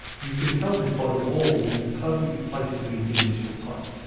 you can tell this by the wall being perfectly placed beneath the initial pipe.